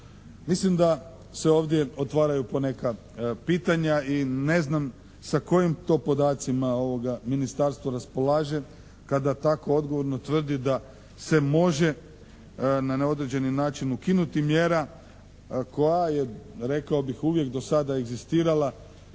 Mislim da se ovdje otvaraju poneka pitanja i ne znam sa kojim to podacima ministarstvo raspolaže kada tako odgovorno tvrdi da se može na neodređeni način ukinuti mjera koja je rekao bih uvijek do sada egzistirala.